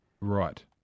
Right